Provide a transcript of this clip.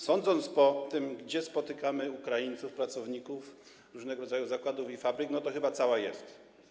Sądząc po tym, gdzie spotykamy Ukraińców, pracowników różnego rodzaju zakładów i fabryk, to chyba cała jest.